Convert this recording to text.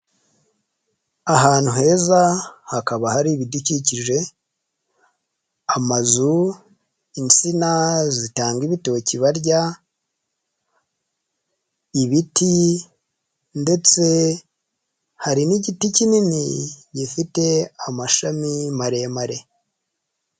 Ahantu heza hakaba hari ibidukikije; amazu, insina zitanga ibitoki barya, ibiti ndetse hari n'igiti kinini gifite amashami maremare.